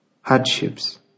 hardships